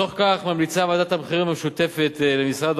בתוך כך ממליצה ועדת המחירים המשותפת למשרד